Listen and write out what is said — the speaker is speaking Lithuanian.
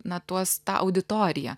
na tuos tą auditoriją